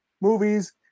movies